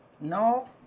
no